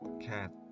cat